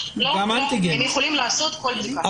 הם יכולים לעשות כל בדיקה,